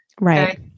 Right